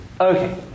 Okay